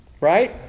right